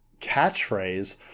catchphrase